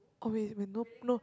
oh wait when no